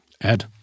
Ed